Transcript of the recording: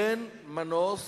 אין מנוס